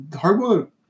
Hardwood